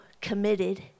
committed